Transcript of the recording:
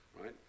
right